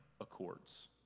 Accords